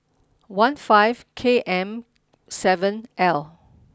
one five K M seven L